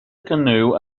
canoe